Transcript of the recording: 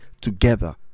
together